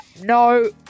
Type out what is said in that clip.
no